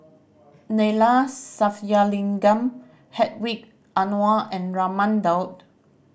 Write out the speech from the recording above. Neila Sathyalingam Hedwig Anuar and Raman Daud